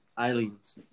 Aliens